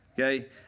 Okay